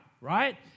right